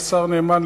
השר נאמן,